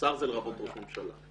השר זה לרבות ראש ממשלה.